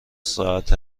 ساعت